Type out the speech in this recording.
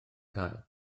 cael